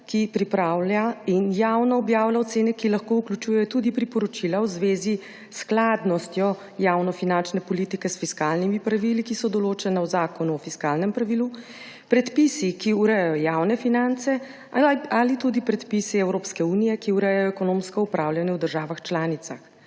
ki pripravlja in javno objavlja ocene, ki lahko vključujejo tudi priporočila v zvezi s skladnostjo javnofinančne politike s fiskalnimi pravili, ki so določena v Zakonu o fiskalnem pravilu, predpisi, ki urejajo javne finance ali tudi predpisi Evropske unije, ki urejajo ekonomsko upravljanje v državah članicah.